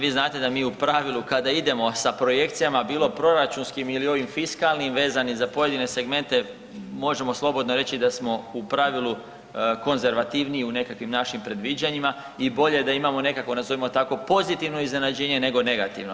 Vi znate da mi u pravilu kada idemo sa projekcijama, bilo proračunskim ili ovim fiskalnim vezani za pojedine segmente možemo slobodno reći da smo u pravilu konzervativniji u nekakvim našim predviđanjima i bolje da imamo nekako, nazovimo to tako, pozitivno iznenađenje nego negativno.